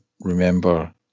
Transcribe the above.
remember